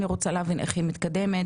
אני רוצה להבין איך היא מתקדמת,